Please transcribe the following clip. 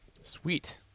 Sweet